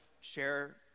share